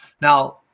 Now